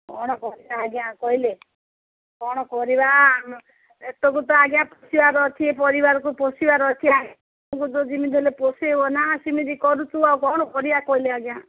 କ'ଣ କରିବା ଆଜ୍ଞା କହିଲେ କ'ଣ କରିବା ଆମେ ଏସବୁ ତ ଆଜ୍ଞା ପୋଷିବାର ଅଛି ଏ ପରିବାରକୁ ପୋଷିବାର ଅଛି ଆମକୁ ତ ଯେମିତି ହେଲେ ପୋଷେଇବ ନା ସେମିତି କରୁଛୁ ଆଉ କ'ଣ କରିବା କହିଲେ ଆଜ୍ଞା